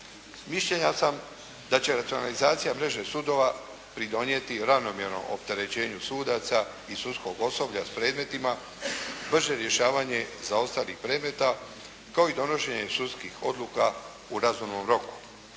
Mišljenja sam da će racionalizacija mreže sudova pridonijeti ravnomjernom opterećenju sudaca i sudskog osoblja s predmetima, brže rješavanje zaostalih predmeta kao i donošenje sudskih odluka u razumnom roku.